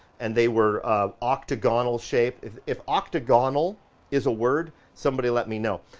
and they were octagonal shape. if, if octagonal is a word, somebody let me know.